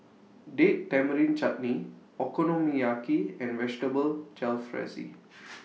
Date Tamarind Chutney Okonomiyaki and Vegetable Jalfrezi